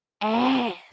ass